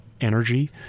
energy